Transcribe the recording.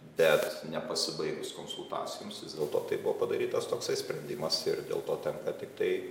bet nepasibaigus konsultacijoms vis dėlto tai buvo padarytas toks sprendimas ir dėl to tenka tiktai